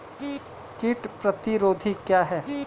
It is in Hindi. कीट प्रतिरोधी क्या है?